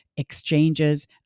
exchanges